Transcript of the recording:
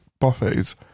buffets